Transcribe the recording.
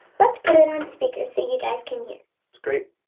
lets put it on speaker so you guys can hear. that's great.